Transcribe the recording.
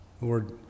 Lord